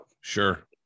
Sure